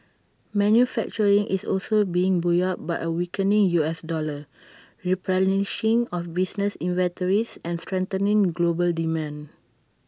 manufacturing is also being buoyed by A weakening U S dollar replenishing of business inventories and strengthening global demand